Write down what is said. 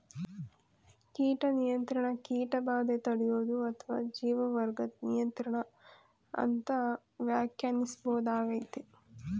ಕೀಟ ನಿಯಂತ್ರಣ ಕೀಟಬಾಧೆ ತಡ್ಯೋದು ಅತ್ವ ಜೀವವರ್ಗದ್ ನಿಯಂತ್ರಣ ಅಂತ ವ್ಯಾಖ್ಯಾನಿಸ್ಬೋದಾಗಯ್ತೆ